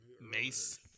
Mace